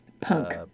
punk